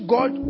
God